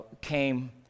came